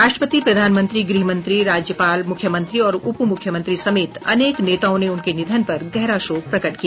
राष्ट्रपति प्रधानमंत्री गृहमंत्री राज्यपाल मुख्यमंत्री और उपमुख्यमंत्री समेत अनेक नेताओं ने उनके निधन पर गहरा शोक प्रकट किया